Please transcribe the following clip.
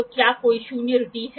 तो यह साइन है